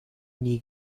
nie